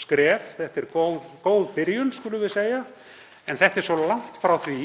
skref. Þetta er góð byrjun, skulum við segja, en þetta er svo langt frá því